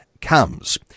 comes